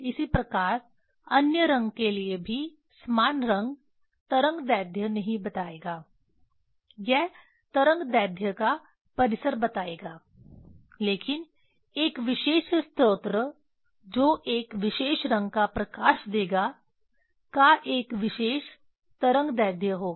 इसी प्रकार अन्य रंग के लिए भी समान रंग तरंगदैर्घ्य नहीं बताएगा यह तरंगदैर्ध्य का परिसर बताएगा लेकिन एक विशेष स्रोत जो एक विशेष रंग का प्रकाश देगा का एक विशेष तरंगदैर्ध्य होगा